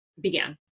began